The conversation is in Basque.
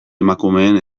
emakumeen